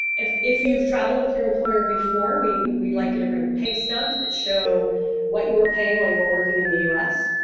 if if you've traveled with your employer before, we'd like you to bring pay stubs that show what you were paid while you were working in the u s.